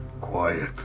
Quiet